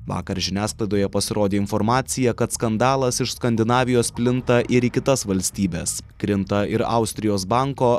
vakar žiniasklaidoje pasirodė informacija kad skandalas iš skandinavijos plinta ir į kitas valstybes krinta ir austrijos banko